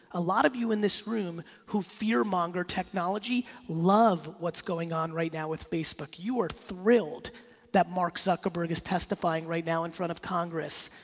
a lot of you in this room who fear monger technology love what's going on right now with facebook. you are thrilled that mark zuckerberg is testifying right now in front of congress.